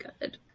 good